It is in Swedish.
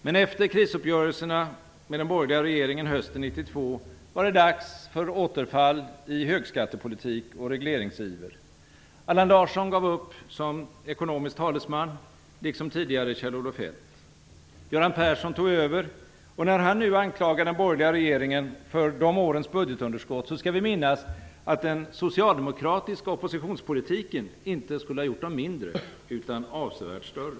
Men efter krisuppgörelserna med den borgerliga regeringen hösten 1992 var det dags för återfall i högskattepolitik och regleringsiver. Allan Larsson gav upp som ekonomisk talesman - liksom tidigare Kjell Olof Feldt. Göran Persson tog över, och när han nu anklagar den borgerliga regeringen för de årens budgetunderskott, skall vi minnas att den socialdemokratiska oppositionspolitiken inte skulle ha gjort dem mindre, utan avsevärt större.